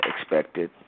expected